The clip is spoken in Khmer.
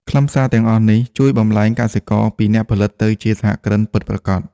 ខ្លឹមសារទាំងអស់នេះជួយបំប្លែងកសិករពីអ្នកផលិតទៅជាសហគ្រិនពិតប្រាកដ។